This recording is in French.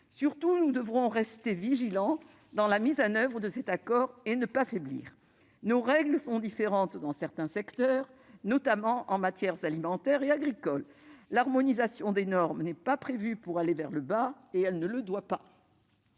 Surtout, nous devrons rester vigilants par rapport à la mise en oeuvre de cet accord et ne pas faiblir. Nos règles sont différentes dans certains secteurs, notamment en matière alimentaire et agricole. L'harmonisation des normes n'est pas prévue pour tirer ces normes vers le bas, et elle ne doit pas